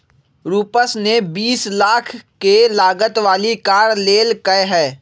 रूपश ने बीस लाख के लागत वाली कार लेल कय है